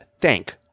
thank